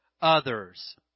others